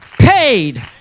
paid